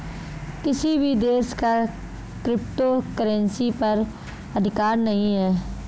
किसी भी देश का क्रिप्टो करेंसी पर अधिकार नहीं है